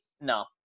no